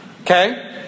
Okay